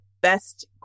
best